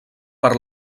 per